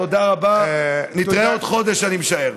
תודה רבה, נתראה בעוד חודש, אני משער.